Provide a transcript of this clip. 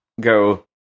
go